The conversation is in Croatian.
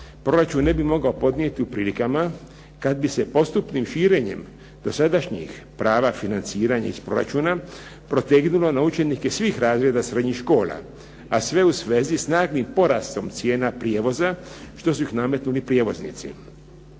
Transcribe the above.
proračun ne bi mogao podnijeti u prilikama kad bi se postupnim širenjem dosadašnjih prava financiranja iz proračuna protegnulo na učenike svih razreda srednjih škola, a sve u svezi s naglim porastom cijena prijevoza što su ih nametnuli prijevoznici.